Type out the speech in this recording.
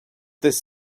this